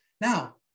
Now